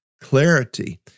clarity